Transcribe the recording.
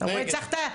מי בעד?